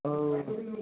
ଆଉ